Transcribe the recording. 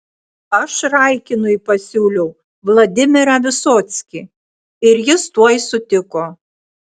aš raikinui pasiūliau vladimirą visockį ir jis tuoj sutiko